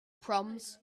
proms